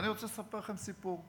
אני רוצה לספר לכם סיפור.